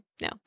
No